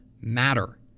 matter